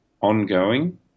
ongoing